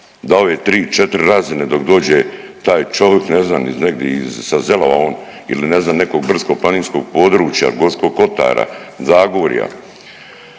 da ove tri, četri razine dok dođe taj čovik ne znam negdi sa … ili ne znam nekog brdsko-planinskog područja Gorskog kotara, Zagorja,